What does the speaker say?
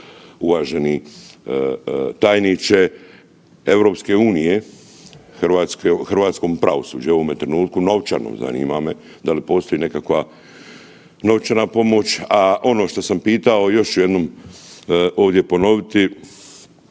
uvaženi tajniče EU hrvatskom pravosuđu u ovome trenutku novčano zanima me? Da li postoji nekakva novčana pomoć? A ono što sam pitao još ću jednom ovdje ponoviti,